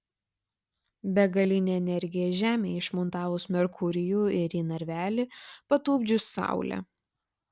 begalinė energija žemei išmontavus merkurijų ir į narvelį patupdžius saulę